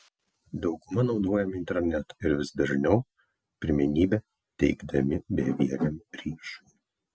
dauguma naudojame internetą ir vis dažniau pirmenybę teikdami bevieliam ryšiui